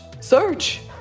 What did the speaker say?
search